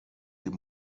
till